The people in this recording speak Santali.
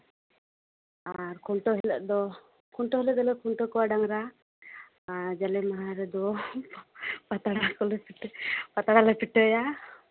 ᱟᱨ ᱠᱷᱩᱱᱴᱟᱹᱣ ᱦᱤᱞᱳᱜ ᱫᱚ ᱠᱷᱩᱱᱛᱟᱹᱣ ᱦᱤᱞᱳᱜ ᱫᱚᱞᱮ ᱠᱷᱩᱱᱴᱟᱹᱣ ᱠᱚᱣᱟ ᱰᱟᱝᱨᱟ ᱟᱨ ᱡᱟᱞᱮ ᱢᱟᱦᱟ ᱨᱮᱫᱚ ᱯᱟᱛᱲᱟ ᱠᱚᱞᱮ ᱯᱤᱴᱷᱟᱹ ᱯᱟᱛᱲᱟᱞᱮ ᱯᱤᱴᱷᱟᱹᱭᱟ